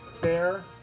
fair